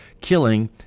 killing